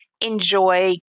enjoy